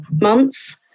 months